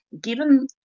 given